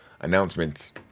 announcements